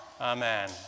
Amen